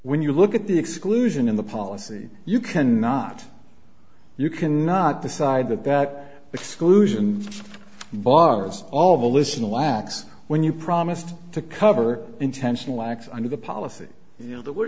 when you look at the exclusion in the policy you can not you cannot decide that that exclusion bars all volitional wax when you promised to cover intentional acts under the policy you know the word